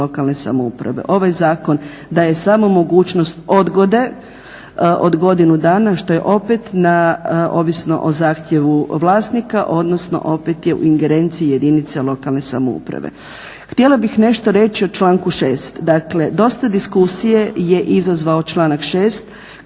Ovaj zakon daje samo mogućnost odgode od godinu dana što je opet ovisno o zahtjevu vlasnika odnosno opet je u ingerenciji jedinica lokalne samouprave.